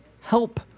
help